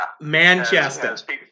Manchester